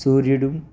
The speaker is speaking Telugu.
సూర్యుడు